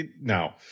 no